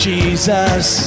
Jesus